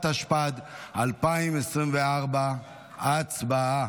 התשפ"ד 2024. הצבעה.